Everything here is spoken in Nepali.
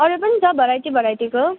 अरू पनि छ भराइटी भराइटीको